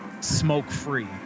smoke-free